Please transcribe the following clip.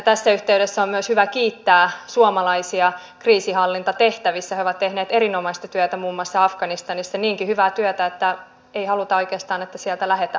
säilyttävätkin tuet ovat joskus perusteltuja mutta hallituksen ratkaisu esimerkiksi alentaa kaivosten maksamaa sähköveroa samalla kun tekesin uutta luovaa ja taloutta uudistavaa tukea leikataan on mielestäni lyhytnäköinen